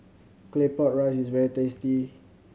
Claypot Rice is very tasty